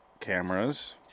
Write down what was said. cameras